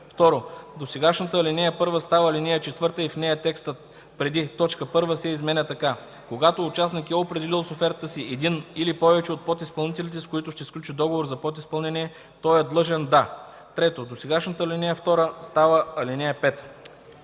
2. Досегашната ал. 1 става ал. 4 и в нея текстът преди т. 1 се изменя така: „Когато участник е определил с офертата си един или повече от подизпълнителите, с които ще сключи договор за подизпълнение, той е длъжен да”. 3. Досегашната ал. 2 става ал. 5.”